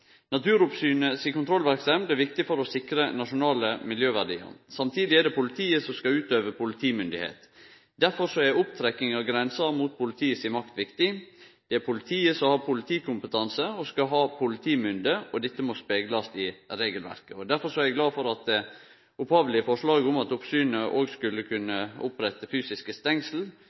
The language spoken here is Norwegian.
er viktig for å sikre nasjonale miljøverdiar. Samtidig er det politiet som skal utøve politimyndigheit. Derfor er opptrekking av grensa mot politiet si makt viktig. Det er politiet som har politikompetanse og skal ha politimynde, og dette må speglast i regelverket. Derfor er eg glad for at det opphavlege forslaget om at oppsynet òg skulle kunne opprette t.d. fysiske stengsel,